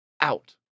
out